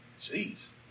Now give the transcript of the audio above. Jeez